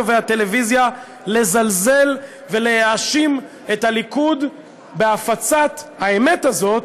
והטלוויזיה לזלזל ולהאשים את הליכוד בהפצת האמת הזאת